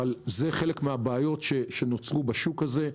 זה חלק מהבעיות שנוצרו בשוק הזה.